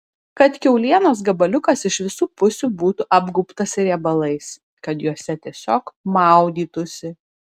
kad kiaulienos gabaliukas iš visų pusių būtų apgaubtas riebalais kad juose tiesiog maudytųsi